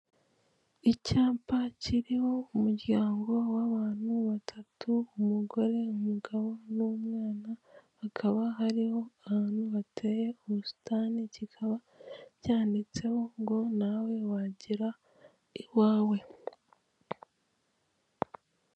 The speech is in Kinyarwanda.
Icyapa kiriho umuryango w'abantu batatu umugore, umugabo, n'umwana hakaba hariho ahantu hateye ubusitani kikaba cyanditseho ngo nawe wagira iwawe.